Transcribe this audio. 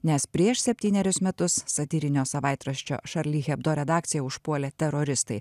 nes prieš septynerius metus satyrinio savaitraščio šarli hebdo redakciją užpuolė teroristai